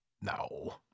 No